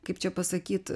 kaip čia pasakyt